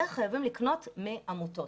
וחייבים לקנות מעמותות.